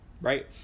right